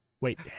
Wait